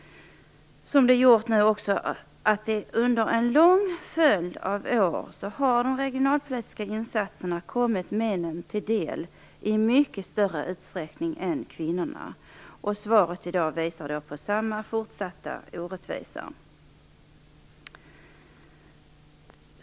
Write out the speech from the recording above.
Under en lång följd av år har de regionalpolitiska insatserna kommit männen till del i mycket större utsträckning än kvinnorna. Svaret i dag visar också på samma fortsatta orättvisa.